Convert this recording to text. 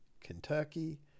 Kentucky